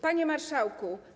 Panie Marszałku!